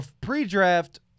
Pre-draft